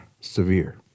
severe